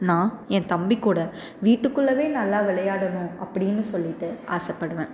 நான் என் தம்பி கூட வீட்டுக்குள்ளவே நல்லா விளையாடனும் அப்படினு சொல்லிட்டு ஆசைப்படுவேன்